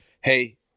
hey